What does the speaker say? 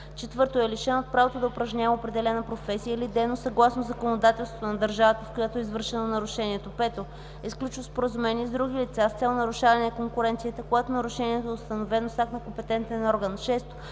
4. е лишен от правото да упражнява определена професия или дейност съгласно законодателството на държавата, в която е извършено нарушението; 5. е сключил споразумение с други лица с цел нарушаване на конкуренцията, когато нарушението е установено с акт на компетентен орган;